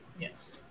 Yes